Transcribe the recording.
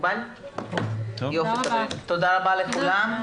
תודה רבה לכולם.